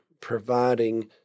providing